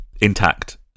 intact